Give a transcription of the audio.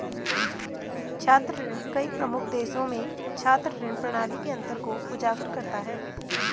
छात्र ऋण कई प्रमुख देशों में छात्र ऋण प्रणाली के अंतर को उजागर करता है